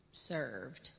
Served